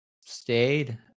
stayed